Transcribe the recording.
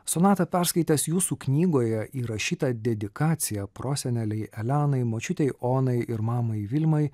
sonata perskaitęs jūsų knygoje įrašytą dedikaciją prosenelei elenai močiutei onai ir mamai vilmai